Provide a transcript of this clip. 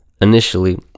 Initially